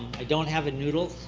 i don't have a noodle.